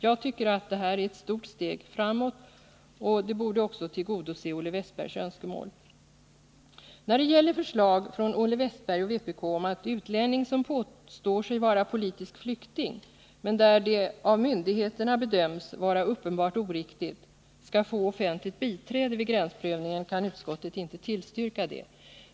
Jag tycker att det är ett stort steg framåt. Det borde också tillgodose Olle Wästbergs önskemål. Förslaget från Olle Wästberg och vpk om att utlänning, som påstår sig vara politisk flykting men där det av myndigheterna bedöms vara uppenbart oriktigt, skall få offentligt biträde vid gränsprövningen kan utskottet inte tillstyrka.